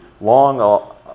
long